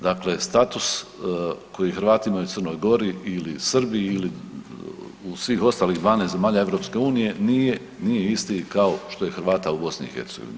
Dakle, status koji Hrvati imaju u Crnoj Gori ili Srbiji ili u svih ostalih 12 zemalja EU nije isti kao što je Hrvata u BiH.